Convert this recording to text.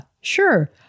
sure